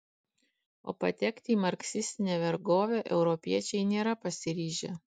o patekti į marksistinę vergovę europiečiai nėra pasiryžę